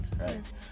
right